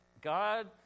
God